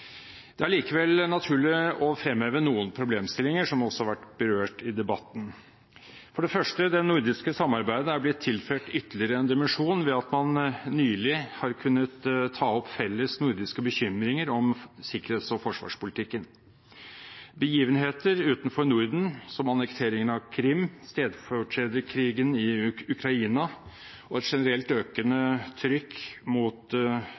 Det er likevel naturlig å fremheve noen problemstillinger, som også har vært berørt i debatten. Det nordiske samarbeidet har blitt tilført en ytterligere dimensjon ved at man nylig har kunnet ta opp felles nordiske bekymringer om sikkerhets- og forsvarspolitikken. Begivenheter utenfor Norden, som annekteringen av Krim-halvøya, stedfortrederkrigen i Ukraina og et generelt økende trykk mot